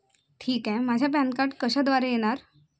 ठीक आहे माझ्या पॅन कार्ड कशाद्वारे येणार